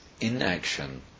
inaction